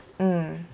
mm